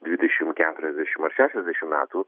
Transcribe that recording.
dvidešim keturiasdešim ar šešiasdešim metų